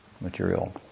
material